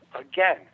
again